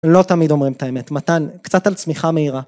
לא תמיד אומרים את האמת. מתן, קצת על צמיחה מהירה